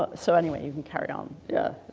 ah so anyway you can carry on, yeah.